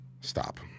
Stop